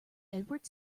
edward